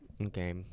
Okay